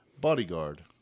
Bodyguard